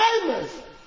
famous